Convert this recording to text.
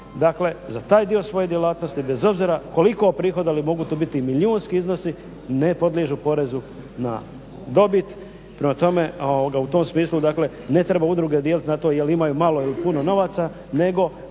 dakle za taj dio svoje djelatnosti bez obzira koliko prihoda, mogu to biti milijunski iznosi, ne podliježu porezu na dobit, prema tome u tom smislu, dakle ne treba udruge dijeliti na to jel' imaju malo ili puno novaca pa onda